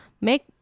make